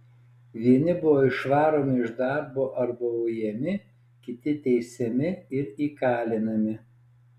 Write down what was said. vieni buvo išvaromi iš darbo arba ujami kiti teisiami ir įkalinami